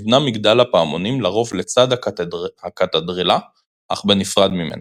נבנה מגדל הפעמונים לרוב לצד הקתדרלה אך בנפרד ממנה.